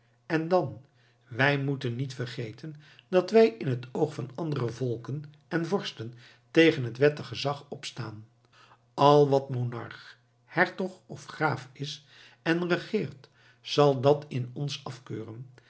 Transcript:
en dan wij moeten niet vergeten dat wij in het oog van andere volken en vorsten tegen het wettig gezag opstaan al wat monarch hertog of graaf is en regeert zal dat in ons afkeuren